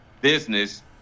business